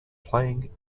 playing